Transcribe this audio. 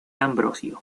ambrosio